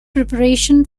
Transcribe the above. preparation